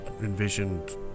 envisioned